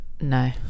No